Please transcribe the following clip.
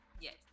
Yes